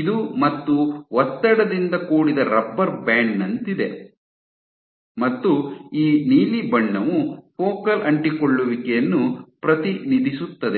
ಇದು ಮತ್ತು ಒತ್ತಡದಿಂದ ಕೂಡಿದ ರಬ್ಬರ್ ಬ್ಯಾಂಡ್ ನಂತಿದೆ ಮತ್ತು ಈ ನೀಲಿ ಬಣ್ಣವು ಫೋಕಲ್ ಅಂಟಿಕೊಳ್ಳುವಿಕೆಯನ್ನು ಪ್ರತಿನಿಧಿಸುತ್ತದೆ